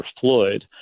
Floyd